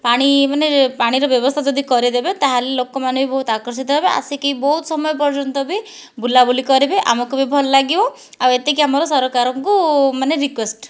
ପାଣି ମାନେ ପାଣିର ବ୍ୟବସ୍ଥା ଯଦି କରାଇଦେବେ ତା'ହେଲେ ଲୋକମାନେ ବି ବହୁତ ଆକର୍ଷିତ ହେବେ ଆସିକି ବହୁତ ସମୟ ପର୍ଯ୍ୟନ୍ତ ବି ବୁଲାବୁଲି କରିବେ ଆମକୁ ବି ଭଲ ଲାଗିବ ଆଉ ଏତିକି ଆମର ସରକାରଙ୍କୁ ମାନେ ରିକ୍ୱେଷ୍ଟ